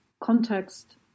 context